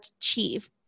achieve